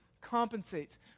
compensates